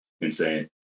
insane